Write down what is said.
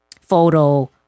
photo